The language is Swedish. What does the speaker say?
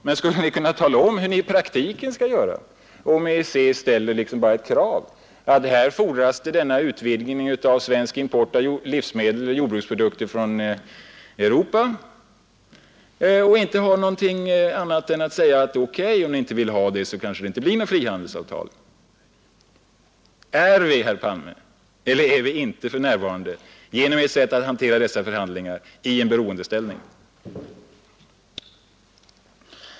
Men skulle Ni kunna tala om hur det skall ske i praktiken, om EEC ställer kravet på den och den utvidgningen av svensk import av livsmedel eller jordbruksprodukter från Europa för att det över huvud taget skall bli något frihandelsavtal? Är vi eller är vi inte, herr Palme, på grund av Ert sätt att hantera dessa förhandlingar i en beroendeställning?